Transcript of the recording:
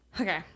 Okay